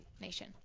Nation